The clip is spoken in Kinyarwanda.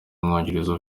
w’umwongereza